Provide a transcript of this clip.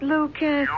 Lucas